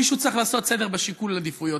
מישהו צריך לעשות סדר בשיקולי עדיפויות,